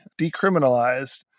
decriminalized